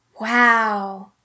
Wow